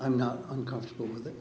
i'm not uncomfortable with